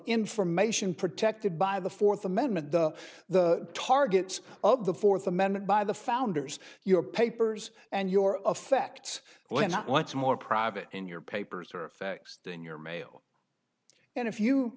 information protected by the fourth amendment the the targets of the fourth amendment by the founders your papers and your affects will not once more private in your papers or effects then your mail and if you